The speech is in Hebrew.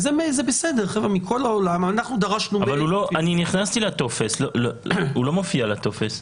אני נכנסתי לטופס, הוא לא מופיע בטופס.